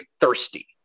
thirsty